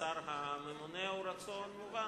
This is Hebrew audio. לשר הממונה הוא רצון מובן.